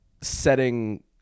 setting